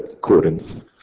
Corinth